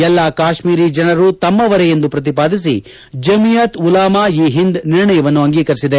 ಎಲ್ಲ ಕಾಶ್ಮೀರಿ ಜನರು ತಮ್ಮವರೇ ಎಂದು ಪ್ರತಿಪಾದಿಸಿ ಜಮಿಯಾತ್ ಉಲಾಮ ಇ ಹಿಂದ್ ನಿರ್ಣಯವನ್ನು ಅಂಗೀಕರಿಸಿದೆ